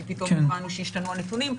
כי פתאום הבנו שהשתנו הנתונים.